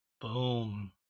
Boom